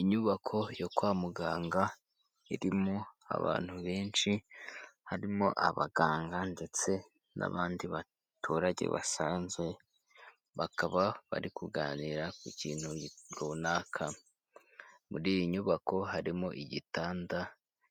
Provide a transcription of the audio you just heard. Inyubako yo kwa muganga irimo abantu benshi harimo abaganga ndetse n'abandi baturage basanze bakaba bari kuganira ku kintu runaka muri iyi nyubako harimo igitanda